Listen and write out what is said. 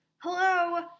Hello